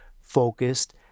focused